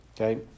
okay